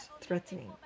threatening